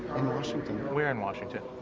in washington. where in washington?